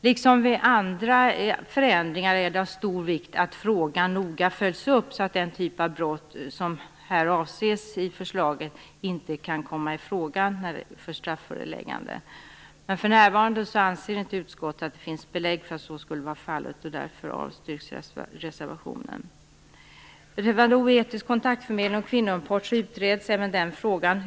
Liksom vid andra förändringar är det av stor vikt att frågan noga följs upp, så att den typ av brott som avses i förslaget inte kan komma i fråga för strafföreläggande. För närvarande anser inte utskottet att det finns belägg för att så skulle vara fallet, och därför avstyrks reservationen. Även frågan om oetisk kontaktförmedling och kvinnoimport är under utredning.